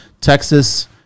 Texas